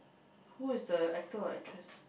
who is the actor or actress